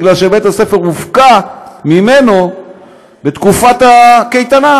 כי בית-הספר הופקע ממנו בתקופת הקייטנה,